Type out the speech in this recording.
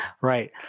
right